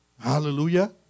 Hallelujah